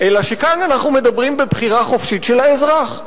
אלא שכאן אנחנו מדברים בבחירה חופשית של האזרח,